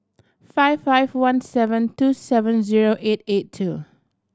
five five one seven two seven zero eight eight two